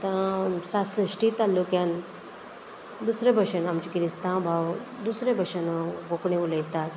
सा सश्टी तालुक्यान दुसरे भशेन आमचे किरिस्तांव भाव दुसरे भशेन कोंकणी उलयतात